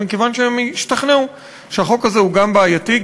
אלא מכיוון שהם השתכנעו שהחוק הזה הוא גם בעייתי,